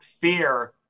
fear